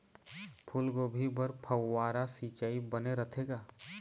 फूलगोभी बर फव्वारा सिचाई बने रथे का?